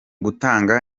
gutanga